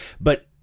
but-